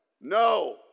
No